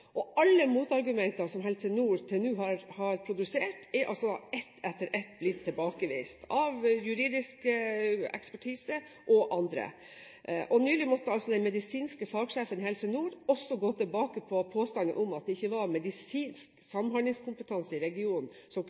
Alle motargumenter som Helse Nord til nå har produsert, er ett etter ett blitt tilbakevist av juridisk ekspertise og andre. Nylig måtte den medisinske fagsjefen i Helse Nord også gå tilbake på påstanden om at det ikke var medisinsk samhandlingskompetanse i regionen som